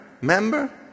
Remember